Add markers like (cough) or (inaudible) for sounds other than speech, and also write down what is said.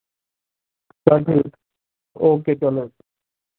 (unintelligible) okay चलो